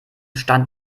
stand